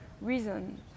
reason